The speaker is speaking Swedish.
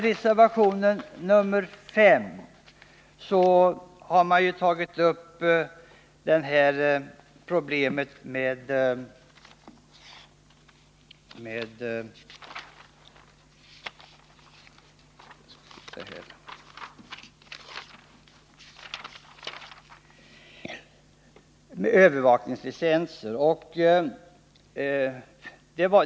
Reservation 5 gäller problemen med övervakningslicenser.